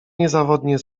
niezawodnie